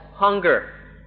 hunger